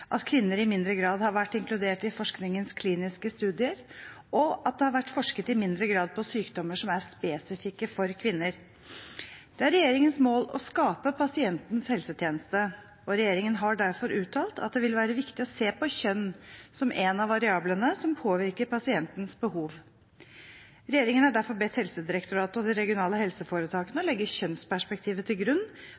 at kvinner i mindre grad har vært inkludert i forskningens kliniske studier, og at det har vært forsket i mindre grad på sykdommer som er spesifikke for kvinner. Det er regjeringens mål å skape pasientens helsetjeneste, og regjeringen har derfor uttalt at det vil være viktig å se på kjønn som en av variablene som påvirker pasientens behov. Regjeringen har derfor bedt Helsedirektoratet og de regionale helseforetakene om å legge kjønnsperspektivet til grunn